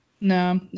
No